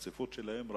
על הרציפות שלהם,